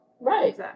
Right